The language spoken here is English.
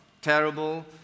terrible